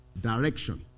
direction